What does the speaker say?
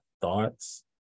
thoughts